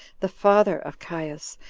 the father of caius,